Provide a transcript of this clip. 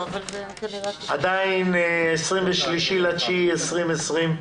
היום ה-23 בספטמבר 2020,